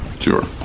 Sure